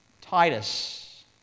Titus